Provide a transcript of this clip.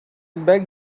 beg